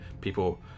people